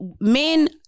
men